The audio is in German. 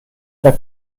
dann